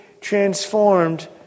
transformed